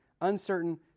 uncertain